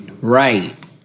Right